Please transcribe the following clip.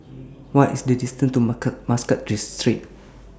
What IS The distance to Mark Muscat Street